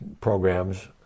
programs